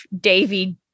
Davy